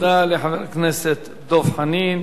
תודה לחבר הכנסת דב חנין.